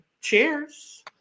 cheers